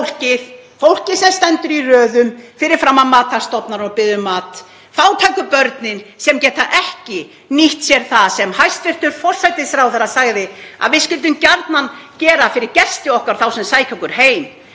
fátæka fólkið sem stendur í röðum fyrir framan hjálparstofnanir og biðja um mat, fátæku börnin sem geta ekki nýtt sér það sem hæstv. forsætisráðherra sagði að við skyldum gjarnan gera fyrir gesti okkar, þá sem sækja okkur heim,